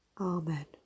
Amen